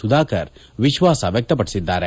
ಸುಧಾಕರ್ ವಿಶ್ವಾಸ ವ್ಯಕ್ತಪಡಿಸಿದ್ದಾರೆ